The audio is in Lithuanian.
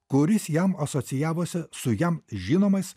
kuris jam asocijavosi su jam žinomais